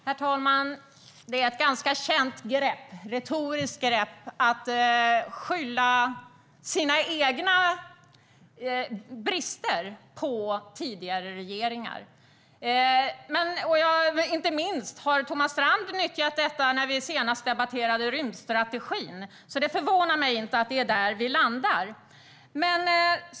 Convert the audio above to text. Herr talman! Det är ett ganska känt retoriskt grepp att skylla sina egna brister på tidigare regeringar. Inte minst nyttjade Thomas Strand detta grepp när vi senast debatterade rymdstrategin. Det förvånar mig alltså inte att det är där vi nu landar.